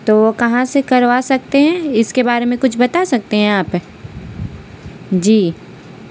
تو کہاں سے کروا سکتے ہیں اس کے بارے میں کچھ بتا سکتے ہیں آپ جی